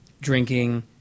drinking